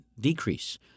decrease